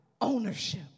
ownership